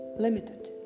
limited